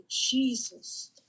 Jesus